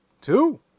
Two